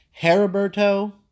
Heriberto